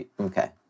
Okay